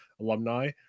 alumni